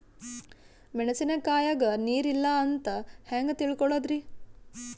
ಮೆಣಸಿನಕಾಯಗ ನೀರ್ ಇಲ್ಲ ಅಂತ ಹೆಂಗ್ ತಿಳಕೋಳದರಿ?